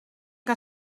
que